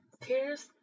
Tears